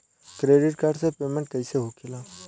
Credit card से payment कईसे होखेला?